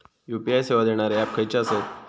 UPI सेवा देणारे app खयचे आसत?